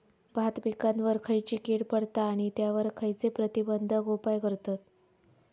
भात पिकांवर खैयची कीड पडता आणि त्यावर खैयचे प्रतिबंधक उपाय करतत?